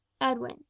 edwin